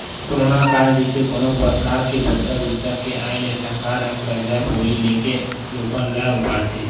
corona काल जइसे कोनो परकार के बड़का बिपदा के आय ले सरकार ह करजा बोड़ी लेके लोगन ल उबारथे